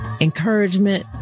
encouragement